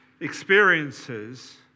experiences